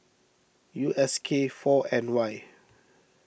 U S K four N Y